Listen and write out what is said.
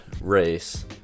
race